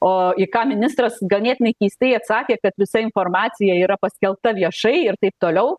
o į ką ministras ganėtinai keistai atsakė kad visa informacija yra paskelbta viešai ir taip toliau